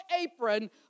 apron